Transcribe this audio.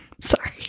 Sorry